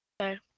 Okay